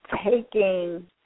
taking